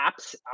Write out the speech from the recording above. apps